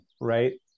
right